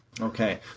Okay